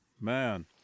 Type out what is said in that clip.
man